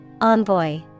Envoy